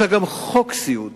ויש לה גם חוק סיעוד